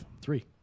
Three